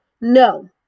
no